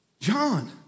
John